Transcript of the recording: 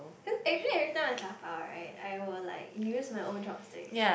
cause actually every time I dabao right I was like you use my own chopsticks